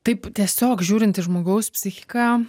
taip tiesiog žiūrint į žmogaus psichiką